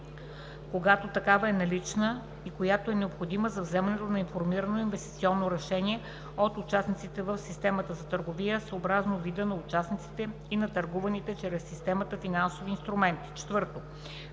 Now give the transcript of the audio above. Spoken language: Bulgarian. когато такава е налична и която е необходима за вземането на информирано инвестиционно решение от участниците в системата за търговия, съобразно вида на участниците и на търгуваните чрез системата финансови инструменти;